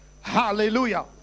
hallelujah